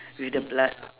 with the blood